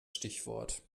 stichwort